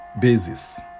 basis